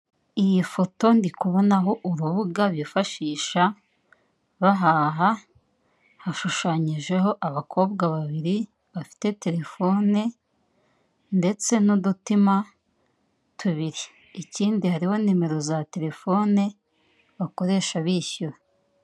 Iyi foto ndi kubonaho urubuga bifashisha bahaha, hashushanyijeho abakombwa babiri bafite terefone, ndetse n'udutima tubiri. Ikindi hariho nimero za terefone bakoresha bishyura